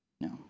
No